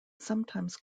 sometimes